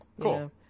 Cool